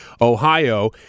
Ohio